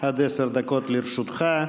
עד עשר דקות לרשותך.